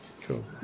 cool